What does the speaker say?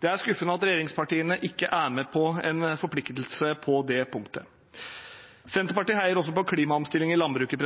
Det er skuffende at regjeringspartiene ikke er med på en forpliktelse på det punktet. Senterpartiet heier også på klimaomstilling i landbruket.